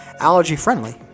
allergy-friendly